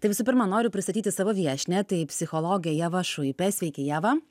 tai visų pirma noriu pristatyti savo viešnią tai psichologė ieva šuipė sveiki ieva